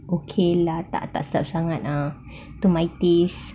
okay lah tak tak sedap sangat ah to my taste